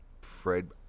Fred